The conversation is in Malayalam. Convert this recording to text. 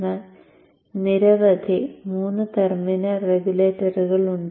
എന്നാൽ നിരവധി മൂന്ന് ടെർമിനൽ റെഗുലേറ്ററുകൾ ഉണ്ട്